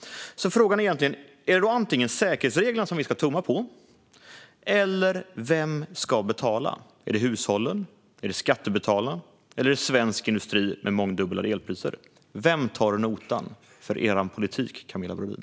Frågan är alltså om vi ska tumma på säkerhetsreglerna - eller vem ska betala? Är det hushållen? Är det skattebetalarna? Eller är det svensk industri som ska betala med mångdubblade elpriser? Vem tar notan för er politik, Camilla Brodin?